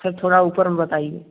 sir थोड़ा उपर में बताइए